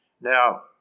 Now